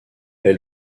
est